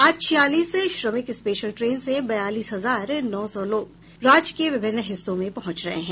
आज छियालीस श्रमिक स्पेशल ट्रेन से बयालीस हजार नौ सौ लोग राज्य के विभिन्न हिस्सों में पहुंच रहे हैं